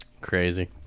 Crazy